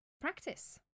practice